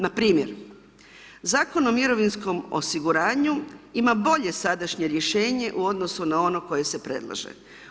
Npr. Zakon o mirovinskom osiguranju ima bolje sadašnje rješenje u odnosu na onom koje se predlože.